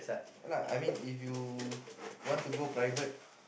ya lah I mean if you want to go private